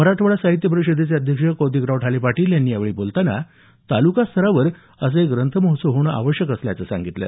मराठवाडा साहित्य परिषदेचे अध्यक्ष कौतिकराव ठाले पाटील यांनी यावेळी बोलताना तालुकास्तरावर असे ग्रंथ महोत्सव होणं आवश्यक असल्याचं सांगितलं